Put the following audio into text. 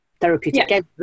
therapeutic